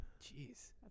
Jeez